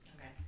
Okay